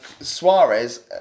Suarez